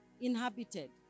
inhabited